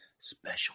special